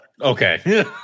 Okay